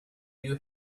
you